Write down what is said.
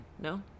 no